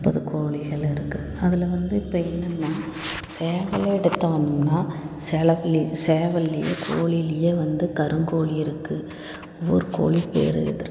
முப்பது கோழிகள் இருக்கு அதில் வந்து இப்போ என்னன்னா சேவலை எடுத்தோம்னா சேவல்லேயோ கோழிலேயோ வந்து கருங்கோழி இருக்கு ஒவ்வொரு கோழி பேர் இருக்கு